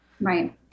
Right